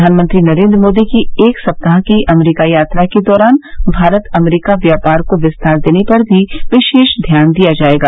प्रधानमंत्री नरेन्द्र मोदी की एक सप्ताह की अमरीका यात्रा के दौरान भारत अमरीका व्यापार को विस्तार देने पर भी विशेष ध्यान दिया जाएगा